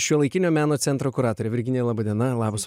šiuolaikinio meno centro kuratorė virginija laba diena labas